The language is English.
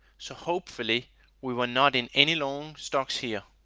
so hopefully we were not in any long stocks here.